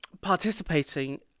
Participating